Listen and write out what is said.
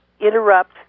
interrupt